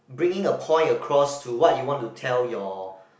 bringing a point across to what you want to tell your